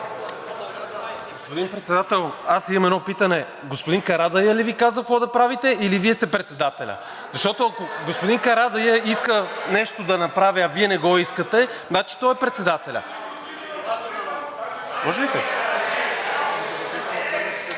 Господин Председател, аз имам едно питане: господин Карадайъ ли Ви казва какво да правите, или Вие сте председателят? Защото, ако господин Карадайъ иска нещо да направя, а Вие не го искате, значи той е председателят. (Реплики